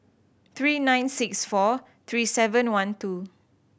three nine six four three seven one two